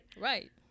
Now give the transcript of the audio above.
Right